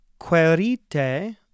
Querite